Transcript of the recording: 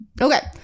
Okay